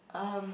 um